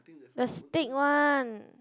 the steak one